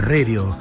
Radio